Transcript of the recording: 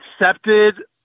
accepted